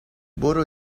برو